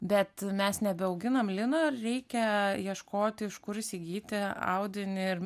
bet mes nebeauginam linoir reikia ieškoti iš kur įsigyti audinį ir